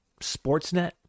Sportsnet